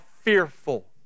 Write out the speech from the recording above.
fearful